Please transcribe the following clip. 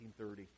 1930